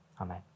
amen